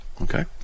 Okay